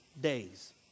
days